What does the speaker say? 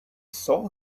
saw